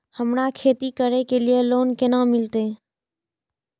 हमरा खेती करे के लिए लोन केना मिलते?